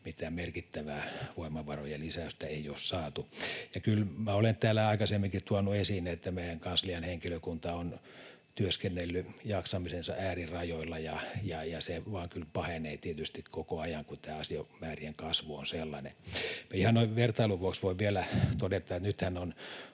mitään merkittävää voimavarojen lisäystä ei ole saatu. Olen täällä aikaisemminkin tuonut esiin, että kyllä meidän kanslian henkilökunta on työskennellyt jaksamisensa äärirajoilla, ja se vain kyllä pahenee tietysti koko ajan, kun tämä asiamäärien kasvu on sellainen. Ihan noin vertailun vuoksi voin vielä todeta, että nythän on